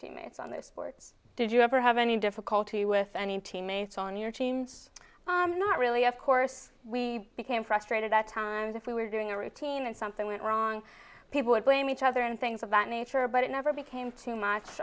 teammates on this board did you ever have any difficulty with any team mates on your teams not really of course we became frustrated at times if we were doing a routine and something went wrong people would blame each other and things of that nature but it never became too much